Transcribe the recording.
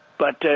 but,